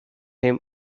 him